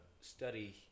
study